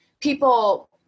people